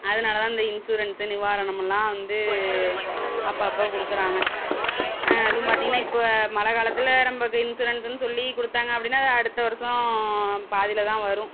அதனால தான் இந்த இன்சூரன்ஸு நிவாரணமெல்லாம் வந்து அப்பப்போ கொடுக்கறாங்க அதுவும் பார்த்திங்கனா இப்போ மழை காலத்தில் நம்மக்கு இன்சூரன்ஸுன்னு சொல்லி கொடுத்தாங்க அப்படின்னா அது அடுத்த வருஷம் பாதியில் தான் வரும்